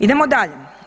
Idemo dalje.